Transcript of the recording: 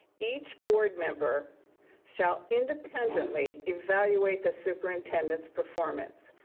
each board member shall independently evaluate the superintendent's performance.